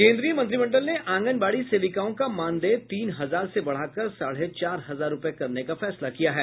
केन्द्रीय मंत्रिमंडल ने आंगनबाड़ी सेविकाओं का मानदेय तीन हजार से बढ़ाकर साढ़े चार हजार रूपये करने का फैसला किया है